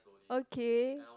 okay